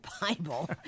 Bible